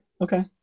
Okay